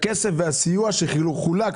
הכסף והסיוע שחולק,